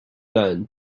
learned